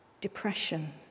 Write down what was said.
depression